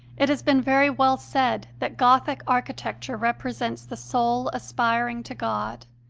it has been very well said that gothic architecture represents the soul aspiring to god,